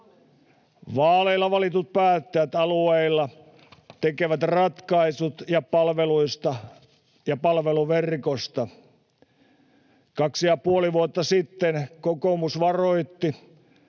Vaaleilla valitut päättäjät alueilla tekevät ratkaisut palveluista ja palveluverkosta. Kaksi ja puoli vuotta sitten kokoomus varoitti